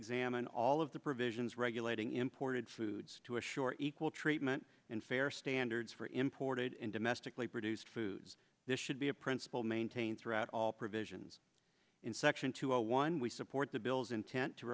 examine all of the provisions regulating imported foods to assure equal treatment and fair standards for imported and domestically produced foods there should be a principle maintained throughout all provisions in section two zero one we support the bill's intent to